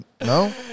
No